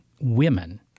women